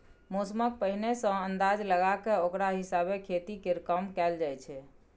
मौसमक पहिने सँ अंदाज लगा कय ओकरा हिसाबे खेती केर काम कएल जाइ छै